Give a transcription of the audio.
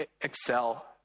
excel